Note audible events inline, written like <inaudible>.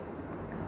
<breath>